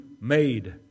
made